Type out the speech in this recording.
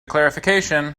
clarification